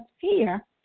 fear